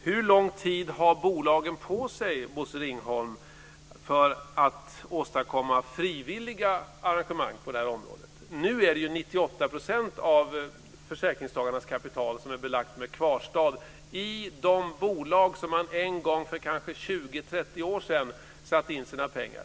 Hur lång tid har bolagen på sig, Bosse Ringholm, för att åstadkomma frivilliga arrangemang på detta område? Nu är det 98 % av försäkringstagarnas kapital som är belagt med kvarstad i de bolag där man en gång för kanske 20-30 år sedan satte in sina pengar.